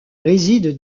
réside